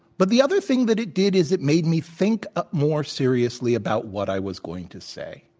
but the other thing that it did is it made me think more seriously about what i was going to say.